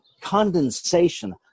condensation